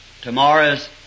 tomorrow's